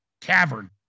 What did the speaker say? cavern